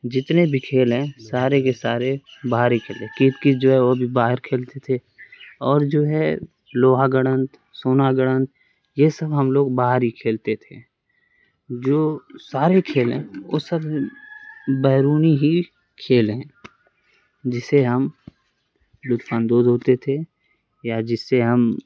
جتنے بھی کھیل ہیں سارے کے سارے باہر ہی کھیلے کرکٹ جو ہے وہ بھی باہر کھیلتے تھے اور جو ہے لوہا گڑھنت سونا گڑھنت یہ سب ہم لوگ باہر ہی کھیلتے تھے جو سارے کھیل ہیں وہ سب بیرونی ہی کھیل ہیں جس سے ہم لطف اندوز ہوتے تھے یا جس سے ہم